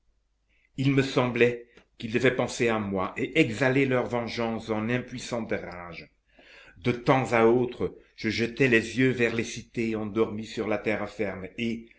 il me semblait qu'ils devaient penser à moi et exhaler leur vengeance en impuissante rage de temps à autre je jetais les yeux vers les cités endormies sur la terre ferme et